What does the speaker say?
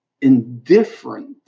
indifferent